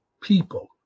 people